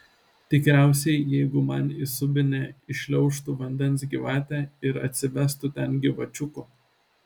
tikriausiai jeigu man į subinę įšliaužtų vandens gyvatė ir atsivestų ten gyvačiukų